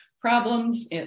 problems